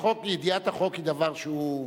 ידיעת החוק היא דבר שהוא,